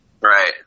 Right